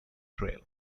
trail